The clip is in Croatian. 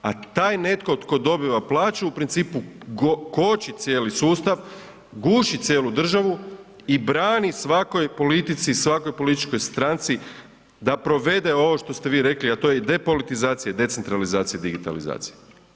A taj netko tko dobiva plaću u principu koči cijeli sustav, guši cijelu državu i brani svakoj politici, svakoj političkoj stranci da provede ovo što ste vi rekli, a to je i depolitizacija i decentralizacija i digitalizacija.